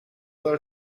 del